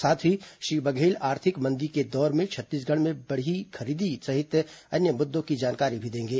साथ ही श्री बघेल आर्थिक मंदी के दौर में छत्तीसगढ़ में बढ़ी खरीदी सहित अन्य मुद्दों की जानकारी भी देंगे